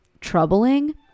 troubling